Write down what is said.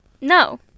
No